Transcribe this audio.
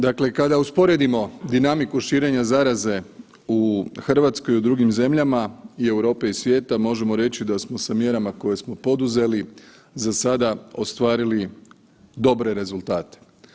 Dakle, kada usporedimo dinamiku širenja zaraze u RH i u drugim zemljama i Europe i svijeta, možemo reći da smo sa mjerama koje smo poduzeli za sada ostvarili dobre rezultate.